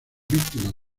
víctimas